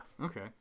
Okay